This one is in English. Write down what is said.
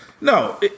No